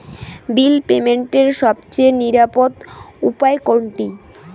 বিল পেমেন্টের সবচেয়ে নিরাপদ উপায় কোনটি?